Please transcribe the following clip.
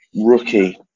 rookie